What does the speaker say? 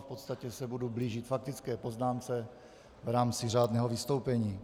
V podstatě se budu blížit faktické poznámce v rámci řádného vystoupení.